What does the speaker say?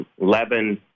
Levin